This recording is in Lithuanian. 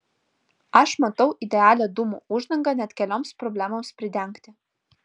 aš matau idealią dūmų uždangą net kelioms problemoms pridengti